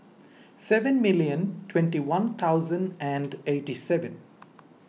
seven million twenty one thousand and eighty seven